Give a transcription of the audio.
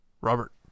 Robert